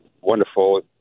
wonderful